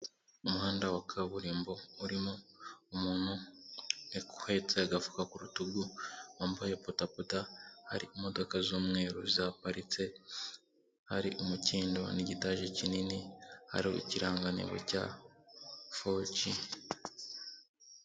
Umuhanda wa kaburimbo urimo umuntu uhetse agafuka ku rutugu, wambaye bodaboda, hari imodoka z'umweru zihaparitse, hari umukindo n'igitaje kinini, hari ikirangantego cya foji.